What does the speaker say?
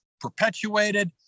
perpetuated